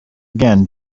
again